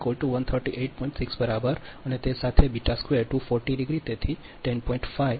6 °બરાબર અને તે સાથે બી2 240 ° તેથી 10